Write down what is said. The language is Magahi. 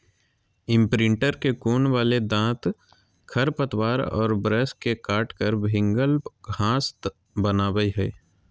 इम्प्रिंटर के कोण वाले दांत खरपतवार और ब्रश से काटकर भिन्गल घास बनावैय हइ